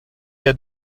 had